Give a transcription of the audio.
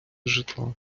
житла